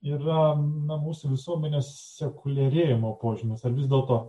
yra na mūsų visuomenės sekuliarėjimo požymis ar vis dėlto